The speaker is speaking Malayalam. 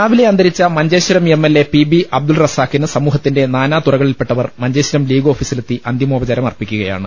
രാവിലെ അന്തരിച്ച Manjeshwaram M L A P B Abdul റസാഖിന് സമൂഹത്തിന്റെ നാനാതുറകളിൽപ്പെ ട്ടവർ മഞ്ചേശ്വരം ലീഗ് ഓഫീസിലെത്തി അന്തിമോചാരമർപ്പിക്കു കയാണ്